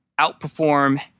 outperform